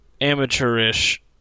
amateurish